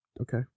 okay